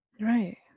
Right